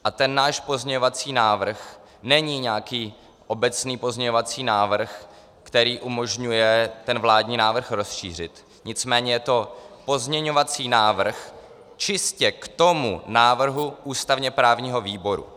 A ten náš pozměňovací návrh není nějaký obecný pozměňovací návrh, který umožňuje vládní návrh rozšířit, nicméně je to pozměňovací návrh čistě k návrhu ústavněprávního výboru.